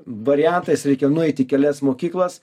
variantais reikia nueit į kelias mokyklas